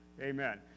Amen